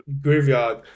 graveyard